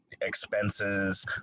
expenses